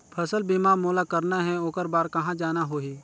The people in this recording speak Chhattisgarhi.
फसल बीमा मोला करना हे ओकर बार कहा जाना होही?